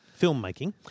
filmmaking